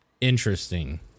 interesting